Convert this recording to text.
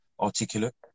articulate